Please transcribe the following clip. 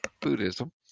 Buddhism